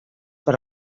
per